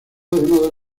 una